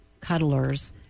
cuddlers